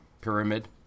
pyramid